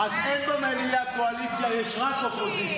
אז אין במליאה קואליציה, יש רק אופוזיציה.